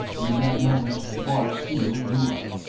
in that moment, bart steele grew up.